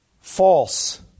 false